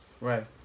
Right